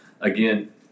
again